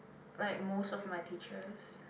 like most of my teachers